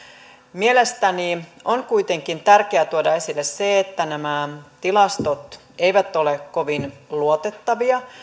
mielestäni on kuitenkin tärkeää tuoda esille se että nämä tilastot eivät ole kovin luotettavia